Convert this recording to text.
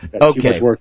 okay